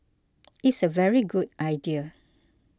it's a very good idea